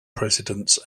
presidents